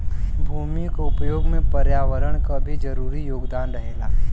भूमि क उपयोग में पर्यावरण क भी जरूरी योगदान रहेला